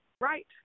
right